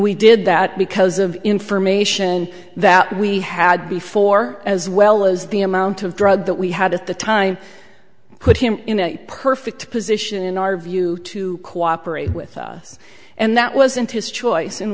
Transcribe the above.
we did that because of information that we had before as well as the amount of drug that we had at the time put him in a perfect position in our view to cooperate with us and that wasn't his choice and